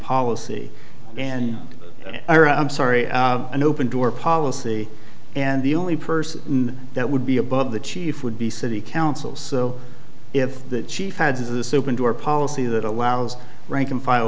policy and i'm sorry an open door policy and the only person that would be above the chief would be city council so if the chief has this open door policy that allows rank and file